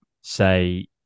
say